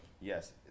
Yes